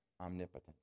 omnipotent